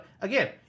Again